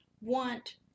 want